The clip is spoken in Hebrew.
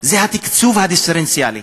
זה התקצוב הדיפרנציאלי